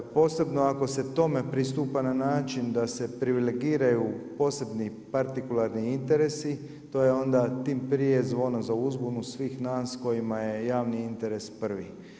Posebno ako se tome pristupa na način, da se privilegiraju posebni partikularni interesi, to je onda tim prije zvono za uzbunu svih nas kojima je javni interes prvi.